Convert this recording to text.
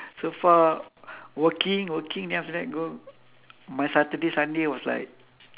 so far working working then after that go my saturday sunday was like